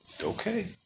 Okay